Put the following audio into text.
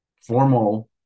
formal